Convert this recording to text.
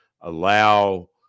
allow